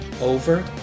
over